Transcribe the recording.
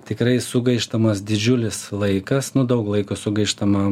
tikrai sugaištamas didžiulis laikas nu daug laiko sugaištama